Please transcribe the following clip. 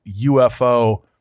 UFO